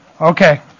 Okay